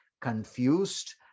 confused